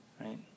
right